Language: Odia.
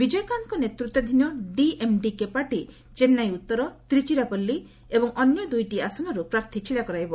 ବିଜୟକାନ୍ତଙ୍କ ନେତୃତ୍ୱାଧୀନ ଡିଏମ୍ଡିକେ ପାର୍ଟି ଚେନ୍ନାଇ ଉତ୍ତର ତ୍ରିଚିରାପଲ୍ଲି ଏବଂ ଅନ୍ୟ ଦ୍ରଇଟି ଆସନର୍ତ୍ର ପ୍ରାର୍ଥୀ ଛିଡ଼ା କରାଇବ